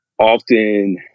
Often